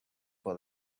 for